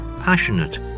passionate